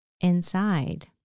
inside